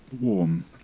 warm